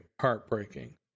heartbreaking